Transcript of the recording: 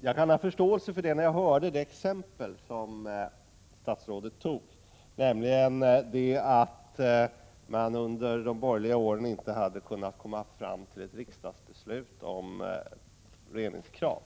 Jag kan ha förståelse för det när jag har hört det exempel som statsrådet tog, nämligen att det under de borgerliga åren inte hade varit möjligt att komma fram till ett riksdagsbeslut om reningskrav.